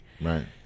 Right